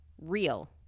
real